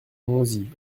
monzie